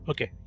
Okay